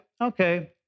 okay